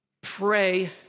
Pray